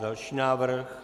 Další návrh.